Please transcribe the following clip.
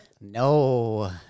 No